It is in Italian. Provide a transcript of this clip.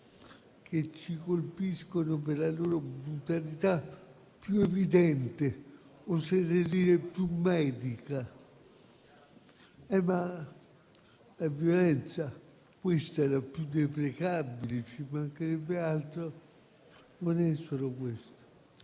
che ci colpiscono per la loro brutalità più evidente, oserei dire più medica. Questa è la violenza più deprecabile - ci mancherebbe altro - ma non è solo questo.